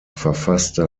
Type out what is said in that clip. verfasste